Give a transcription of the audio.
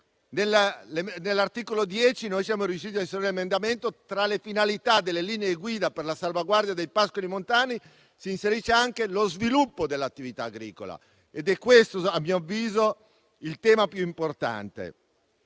All'articolo 10 siamo riusciti a inserire un emendamento, con il quale, tra le finalità delle linee guida per la salvaguardia dei pascoli montani, si inserisce anche lo sviluppo dell'attività agricola, ed è questo, a mio avviso, il tema più importante.